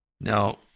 Now